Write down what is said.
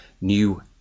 new